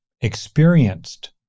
experienced